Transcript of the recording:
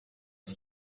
ist